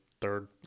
third